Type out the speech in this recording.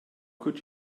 could